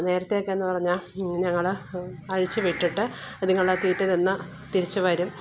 നേരത്തെയൊക്കെയെന്ന് പറഞ്ഞാൽ ഞങ്ങൾ അഴിച്ച് വിട്ടിട്ട് അതുങ്ങളെ തീറ്റ തിന്നാൽ തിരിച്ചു വരും